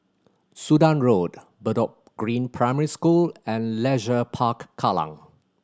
Sudan Road Bedok Green Primary School and Leisure Park Kallang